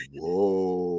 whoa